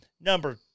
Number